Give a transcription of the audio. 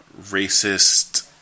racist